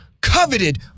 coveted